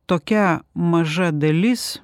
tokia maža dalis